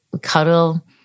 cuddle